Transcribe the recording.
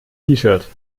shirt